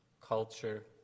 culture